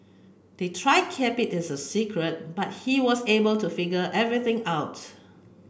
they tried to keep it a secret but he was able to figure everything out